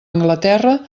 anglaterra